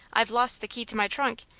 i've lost the key to my trunk,